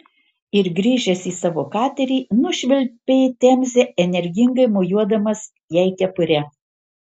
ir grįžęs į savo katerį nušvilpė temze energingai mojuodamas jai kepure